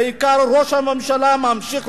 ובעיקר ראש הממשלה ממשיך,